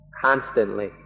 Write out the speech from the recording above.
constantly